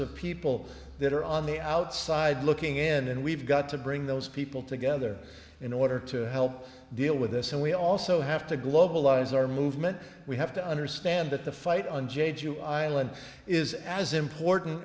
of people that are on the outside looking in and we've got to bring those people together in order to help deal with this and we also have to globalize our movement we have to understand that the fight on jade to ireland is as important